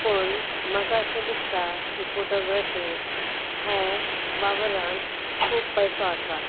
पूण म्हाका अशें दिसता की फोटोग्रॅफी हे वावरांत खूब पयसो आसा